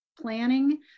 planning